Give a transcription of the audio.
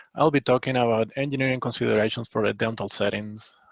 i'll be talking ah about engineering considerations for ah dental settings.